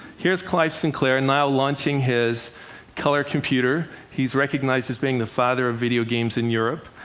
here's clive sinclair and now launching his color computer. he's recognized as being the father of video games in europe.